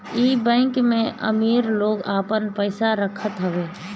इ बैंक में अमीर लोग आपन पईसा रखत हवे